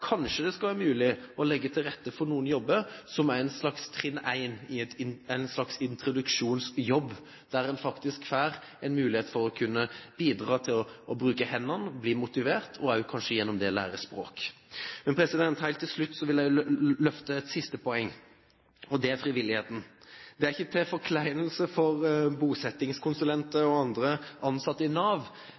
Kanskje det kan være mulig å legge til rette for noen jobber som et slags trinn 1 i en slags introduksjonsjobb, der en faktisk får en mulighet til å kunne bidra gjennom å bruke hendene, bli motivert og gjennom det kanskje også lære språk. Helt til slutt vil jeg løfte et siste poeng, og det er frivilligheten. Det er ikke til forkleinelse for bosettingskonsulenter og andre ansatte i Nav,